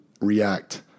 react